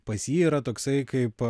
pas jį yra toksai kaip